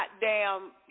goddamn